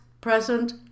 present